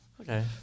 Okay